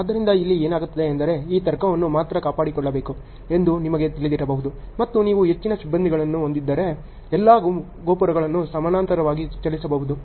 ಆದ್ದರಿಂದ ಇಲ್ಲಿ ಏನಾಗುತ್ತದೆ ಎಂದರೆ ಈ ತರ್ಕವನ್ನು ಮಾತ್ರ ಕಾಪಾಡಿಕೊಳ್ಳಬೇಕು ಎಂದು ನಿಮಗೆ ತಿಳಿದಿರಬಹುದು ಮತ್ತು ನೀವು ಹೆಚ್ಚಿನ ಸಿಬ್ಬಂದಿಗಳನ್ನು ಹೊಂದಿದ್ದರೆ ಎಲ್ಲಾ ಗೋಪುರಗಳನ್ನು ಸಮಾನಾಂತರವಾಗಿ ಚಲಿಸಬಹುದು